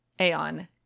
Aeon